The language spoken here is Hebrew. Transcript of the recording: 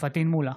פטין מולא,